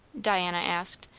diana asked,